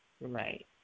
Right